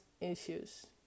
issues